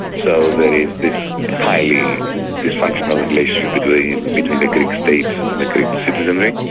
so there is this highly dysfunctional relationship between and between the greek state and the greek citizenry.